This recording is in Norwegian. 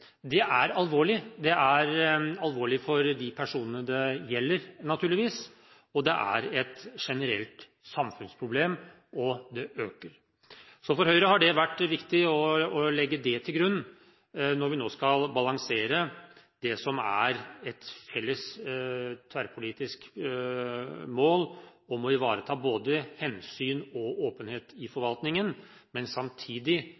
Det er alvorlig. Det er alvorlig for de personene det gjelder, naturligvis, og det er et generelt samfunnsproblem, og det øker. For Høyre har det vært viktig å legge det til grunn når vi nå skal balansere det som er et felles, tverrpolitisk mål: å ivareta både hensyn og åpenhet i forvaltningen, men samtidig